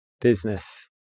business